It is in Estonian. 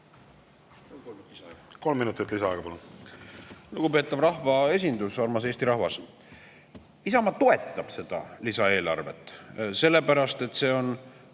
ajad on ees. Lugupeetav rahvaesindus! Armas Eesti rahvas! Isamaa toetab seda lisaeelarvet, sellepärast et see on